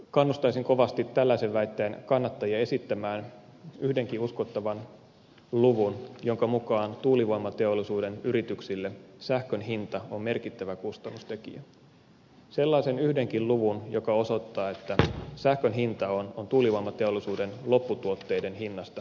kannustaisin kovasti tällaisen väitteen kannattajia esittämään yhdenkin uskottavan luvun jonka mukaan tuulivoimateollisuuden yrityksille sähkön hinta on merkittävä kustannustekijä sellaisen yhdenkin luvun joka osoittaa että sähkön hinta on tuulivoimateollisuuden lopputuotteiden hinnasta merkittävä